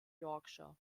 yorkshire